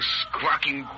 squawking